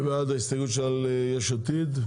מי בעד ההסתייגות של יש עתיד?